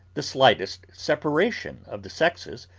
the slightest separation of the sexes,